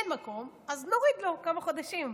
אין מקום, אז נוריד לו כמה חודשים.